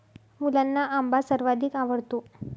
मुलांना आंबा सर्वाधिक आवडतो